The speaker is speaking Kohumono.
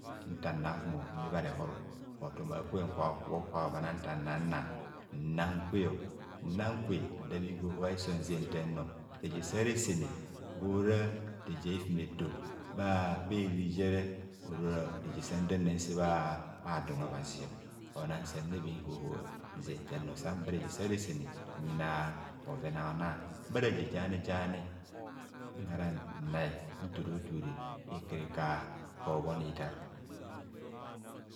Nta nnam humor mme bha rehor hotom akwen kwa hokubho kwah obhana bho nta nna nna nnam kwe, nnam kwe nda bhin hohoa hisonzentannor reje sa re sene gwora reje a'hifumetor bha eriri jere ora reje sanna ndan se bha don obhazio, mona nsanna bhin hohobha nzentannor sanba reje sa resene nyina bhoven a'hona bharaje jani jani nhara nrai ntoro ikarika obhoni taro.